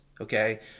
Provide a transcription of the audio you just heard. okay